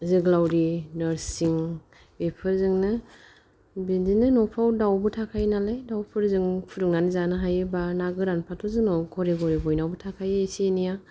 जोग्लावरि नोरसिं बेफोरजोंनो बिदिनो न'फ्राव दाउबो थाखायो नालाय दाउफोरजों फुदुंनानै जानो हायो बा ना गोरानफ्राथ' जोंनाव घरे घरे बयनावबो थाखायो एसे एनैआ